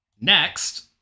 Next